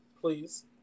please